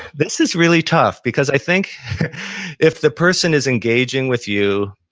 this is really tough because i think if the person is engaging with you,